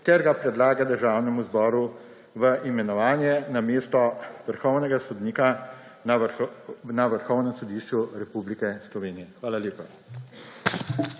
ter ga predlaga Državnemu zboru v imenovanje na mesto vrhovnega sodnika na Vrhovnem sodišču Republike Slovenije. Hvala lepa.